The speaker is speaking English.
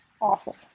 awful